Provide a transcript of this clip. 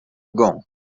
gong